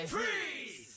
Freeze